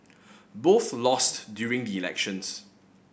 both lost during the elections